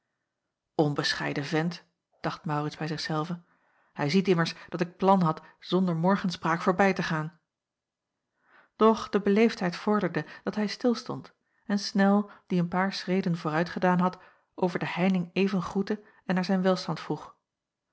onbescheiden vent dacht maurits bij zich zelven hij ziet immers dat ik plan had zonder morgenspraak voorbij te gaan doch de beleefdheid vorderde dat hij stilstond en snel die een paar schreden vooruit gedaan had over de heining even groette en naar zijn welstand vroeg